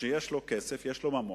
שיש לו כסף, יש לו ממון,